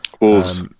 Wolves